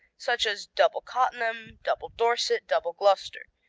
such as double cottenham, double dorset, double gloucester.